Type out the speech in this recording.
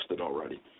already